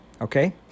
okay